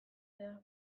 dira